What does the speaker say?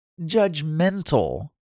judgmental